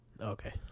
Okay